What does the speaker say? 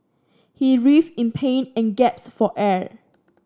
he writhed in pain and gaps for air